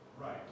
Right